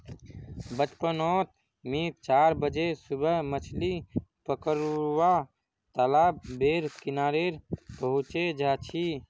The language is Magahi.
बचपन नोत मि चार बजे सुबह मछली पकरुवा तालाब बेर किनारे पहुचे जा छी